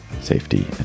safety